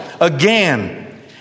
again